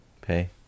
pay